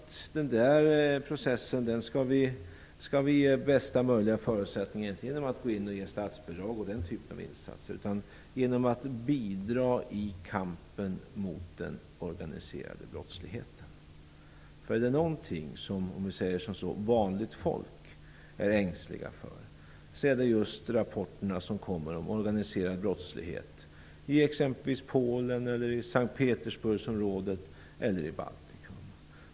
Den processen skall vi ge bästa möjliga förutsättning inte genom att ge statsbidrag och göra den typen av insatser utan genom att bidra i kampen mot den organiserade brottsligheten. Är det någonting som vanligt folk är ängsligt för är det just rapporterna som kommer om organiserad brottslighet i exempelvis Polen, S:t Petersburgsområdet eller i Baltikum.